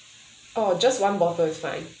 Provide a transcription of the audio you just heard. oh just one bottle is fine